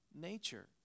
nature